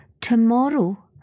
Tomorrow